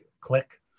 click